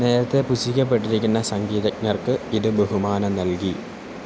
നേരത്തെ പുച്ഛിക്കപ്പെട്ടിരിക്കുന്ന സംഗീതജ്ഞർക്ക് ഇത് ബഹുമാനം നൽകി